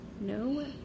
No